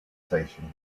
station